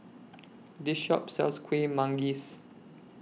This Shop sells Kuih Manggis